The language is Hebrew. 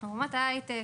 אנחנו אומת הייטק,